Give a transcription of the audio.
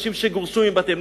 אנשים שגורשו מבתיהם,